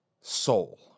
soul